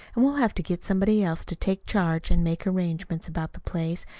and we'll have to get somebody else to take charge and make arrangements, about the place,